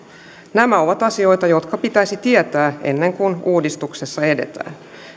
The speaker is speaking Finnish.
nämä ovat asioita jotka pitäisi tietää ennen kuin uudistuksessa edetään